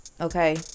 Okay